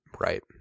right